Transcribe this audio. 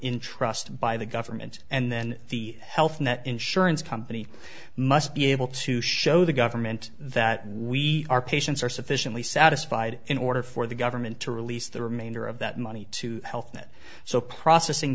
trust by the government and then the health net insurance company must be able to show the government that we are patients are sufficiently satisfied in order for the government to release the remainder of that money to health that so processing